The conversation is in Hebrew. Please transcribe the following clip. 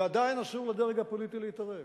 ועדיין אסור לדרג הפוליטי להתערב.